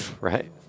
right